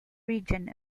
region